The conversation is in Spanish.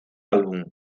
álbum